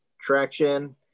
traction